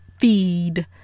feed